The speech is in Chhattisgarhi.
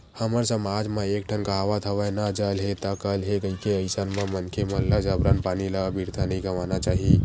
हमर समाज म एक ठन कहावत हवय ना जल हे ता कल हे कहिके अइसन म मनखे मन ल जबरन पानी ल अबिरथा नइ गवाना चाही